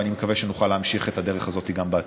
ואני מקווה שנוכל להמשיך את הדרך הזאת גם בעתיד.